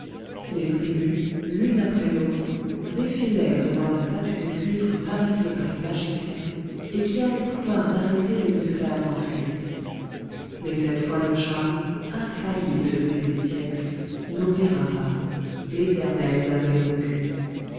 les tribus l'une après l'autre défilèrent devant la statue de cuivre fabriquée par les magiciens et qui a le pouvoir d'arrêter les esclaves en fuite mais cette fois le charme infaillible depuis des siècles n'opéra pas l'éternel l'avait rompu